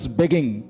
begging